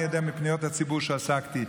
אני יודע מפניות הציבור שבהן עסקתי,